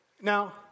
Now